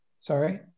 Sorry